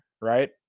right